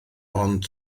ond